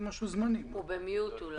משהו פרקטי, מעבר לתקנות שהממשלה אישרה.